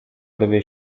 dowie